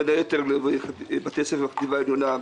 בין היתר לבתי ספר בחטיבה העליונה,